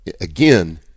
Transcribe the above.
again